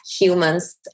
humans